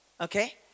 Okay